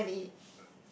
so many